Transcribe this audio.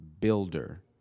builder